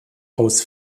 aus